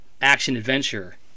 action-adventure